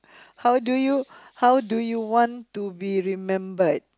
how do you how do you want to be remembered